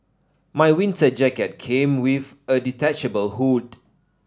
my winter jacket came with a detachable hood